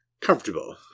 Comfortable